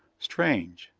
strange.